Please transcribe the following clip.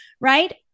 right